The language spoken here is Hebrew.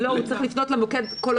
לא, הוא צריך לפנות למוקד שלנו.